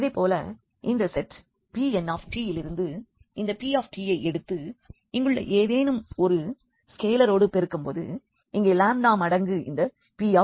இதைப்போல் இந்த set Pn விலிருந்து இந்த pt ஐ எடுத்து இங்குள்ள ஏதேனும் ஒரு ஸ்கேலரோடு பெருக்கும்போது இங்கே லாம்டா மடங்கு இந்த pt